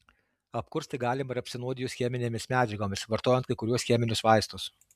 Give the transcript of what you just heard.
apkursti galima ir apsinuodijus cheminėmis medžiagomis vartojant kai kuriuos cheminius vaistus